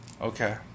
okay